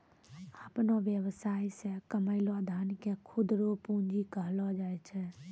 अपनो वेवसाय से कमैलो धन के खुद रो पूंजी कहलो जाय छै